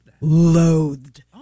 loathed